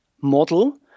model